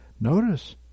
Notice